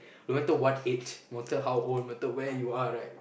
no matter what age no matter how old no matter where you are right